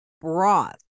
broth